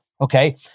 Okay